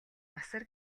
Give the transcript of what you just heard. асар